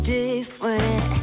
different